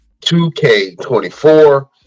2K24